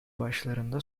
başlarında